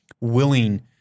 willing